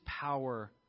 power